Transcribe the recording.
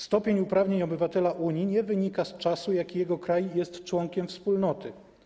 Stopień uprawnień obywatela Unii nie wynika z czasu, jaki jego kraj jest członkiem Wspólnoty.